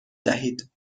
دهید